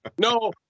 No